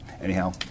Anyhow